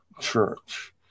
church